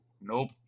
Nope